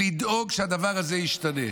היא לדאוג שהדבר הזה ישתנה.